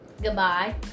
Goodbye